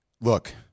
look